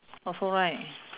also right